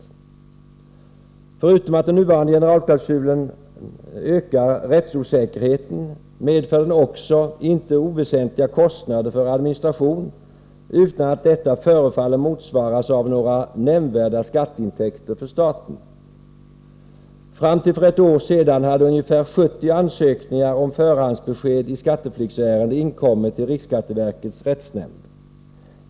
Förutom att den nuvarande generalklausulen ökar rättsosäkerheten medför den också inte oväsentliga kostnader för administration, utan att detta förefaller motsvaras av några nämnvärda skatteintäkter för staten. Fram till för ett år sedan hade ungefär 70 ansökningar om förhandsbesked i skatteflyktsärende inkommit till riksskatteverkets rättsnämnd.